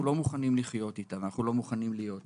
לא מוכנים לחיות איתה ואנחנו לא מוכנים להיות איתה.